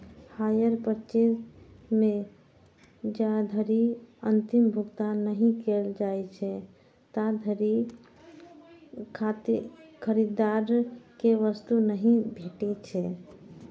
hire purchase मे जाधरि अंतिम भुगतान नहि कैल जाइ छै, ताधरि खरीदार कें वस्तु नहि भेटै छै